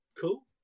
cool